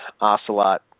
ocelot